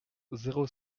zéro